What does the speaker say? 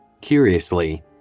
Curiously